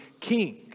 king